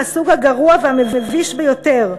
מהסוג הגרוע והמביש ביותר?